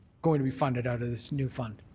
going to be funded out of this new fund.